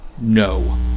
No